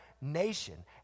nation